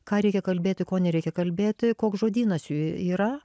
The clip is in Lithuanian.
ką reikia kalbėti ko nereikia kalbėti koks žodynas jų yra